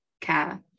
care